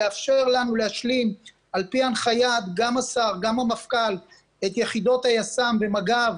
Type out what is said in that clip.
יאפשר לנו להשלים על פי הנחיית גם השר וגם המפכ"ל את יחידות היס"מ ומג"ב